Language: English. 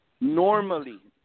normally